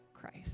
Christ